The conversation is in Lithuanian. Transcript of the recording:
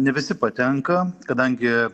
ne visi patenka kadangi